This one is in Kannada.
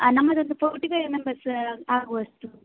ಹಾಂ ನಮ್ಮದೊಂದು ಫೋರ್ಟಿ ಫೈವ್ ಮೆಂಬರ್ಸ್ ಆಗುವಷ್ಟು